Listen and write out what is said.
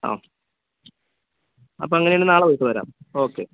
ആ അപ്പം അങ്ങനെയാണേൽ നാളെ വൈകീട്ട് വരാം ഓക്കേ